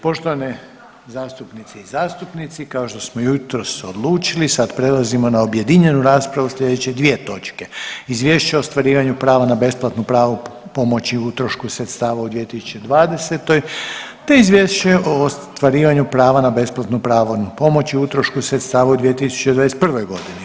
Poštovane zastupnice i zastupnici kao što smo jutros odlučili sad prelazimo na objedinjenu raspravu slijedeće dvije točke: - Izvješće o ostvarivanju pravan na besplatnu pravnu pomoć i utrošku sredstava u 2020. te - Izvješće o ostvarivanju prava na besplatnu pravnu pomoć i utrošku sredstava u 2021.